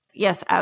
Yes